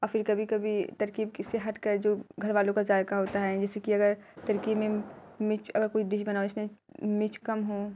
اور پھر کبھی کبھی ترکیب سے ہٹ کر جو گھر والوں کا ذائقہ ہوتا ہے جیسے کہ اگر ترکیب میں مرچ اور کوئی ڈش بناؤ اس میں مرچ کم ہوں